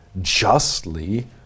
justly